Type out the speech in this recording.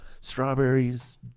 Strawberries